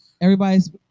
everybody's